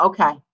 Okay